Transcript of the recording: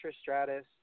Stratus